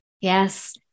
Yes